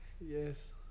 yes